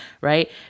right